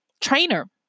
trainer